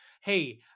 hey